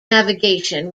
navigation